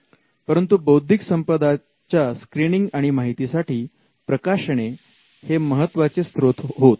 परंतु बौद्धिक संपदा च्या स्क्रीनिंग आणि माहितीसाठी प्रकाशने हे महत्त्वाचे स्त्रोत होत